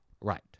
Right